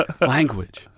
Language